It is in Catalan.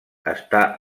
està